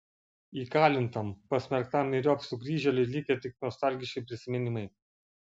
įkalintam pasmerktam myriop sugrįžėliui likę tik nostalgiški prisiminimai